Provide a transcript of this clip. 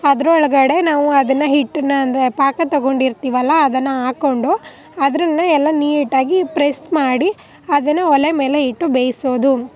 ಅದರೊಳ್ಗಡೆ ನಾವು ಅದನ್ನು ಹಿಟ್ಟನ್ನು ಅಂದರೆ ಪಾಕ ತಗೊಂಡಿರ್ತೀವಲ್ಲ ಅದನ್ನು ಹಾಕ್ಕೊಂಡು ಅದರಿಂದ ಎಲ್ಲ ನೀಟಾಗಿ ಪ್ರೆಸ್ ಮಾಡಿ ಅದನ್ನು ಒಲೆ ಮೇಲೆ ಇಟ್ಟು ಬೇಯಿಸೋದು